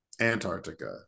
Antarctica